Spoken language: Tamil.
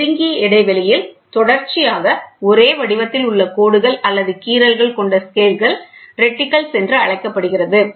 நெருங்கிய இடைவெளியில் தொடர்ச்சியாக ஒரே வடிவத்தில் உள்ள கோடுகள் அல்லது கீறல்கள் கொண்ட ஸ்கேல்கள் ரெட்டிகல்ஸ் என்று அழைக்கப்படுகிறது